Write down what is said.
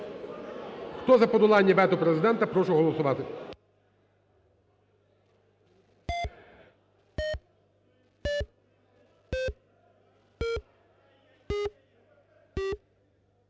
Хто за подолання вето президента, прошу голосувати.